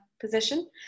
position